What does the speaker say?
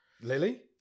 Lily